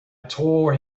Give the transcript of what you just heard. tore